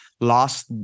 lost